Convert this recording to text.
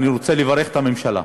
אני רוצה לברך את הממשלה,